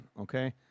okay